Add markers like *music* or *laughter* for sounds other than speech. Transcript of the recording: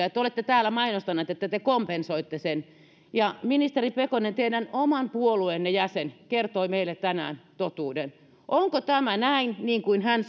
*unintelligible* ja te olette täällä mainostaneet että te kompensoitte sen ja ministeri pekonen teidän oman puolueenne jäsen kertoi meille tänään totuuden onko tämä näin niin kuin hän *unintelligible*